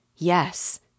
Yes